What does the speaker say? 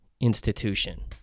institution